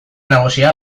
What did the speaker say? nagusia